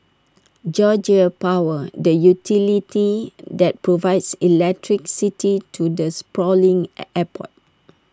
Georgia power the utility that provides electricity to the sprawling airport